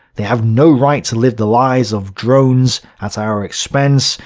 they have no right to live the lives of drones at our expense,